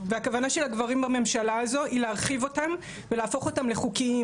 והכוונה של הגברים בממשלה הזו היא להרחיב אותם ולהפוך אותם לחוקיים,